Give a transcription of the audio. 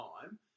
time